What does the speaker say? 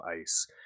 ice